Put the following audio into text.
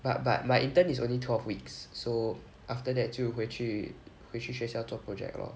but but my intern is only twelve weeks so after that 就回去回去学校做 project lor